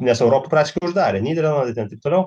nes europa praktiškai uždarė nyderlandai ten taip toliau